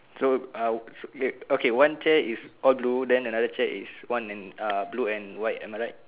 so uh okay one chair is all blue then another chair is one and uh blue and white am I right